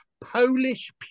Polish